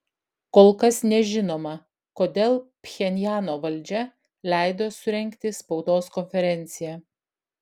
kol kas nežinoma kodėl pchenjano valdžia leido surengti spaudos konferenciją